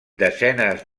desenes